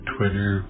Twitter